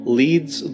leads